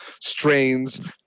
strains